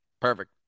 Perfect